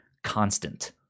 Constant